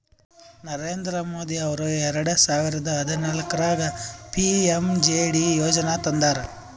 ನರೇಂದ್ರ ಮೋದಿ ಅವರು ಎರೆಡ ಸಾವಿರದ ಹದನಾಲ್ಕರಾಗ ಪಿ.ಎಮ್.ಜೆ.ಡಿ ಯೋಜನಾ ತಂದಾರ